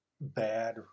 bad